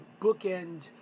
bookend